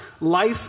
life